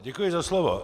Děkuji za slovo.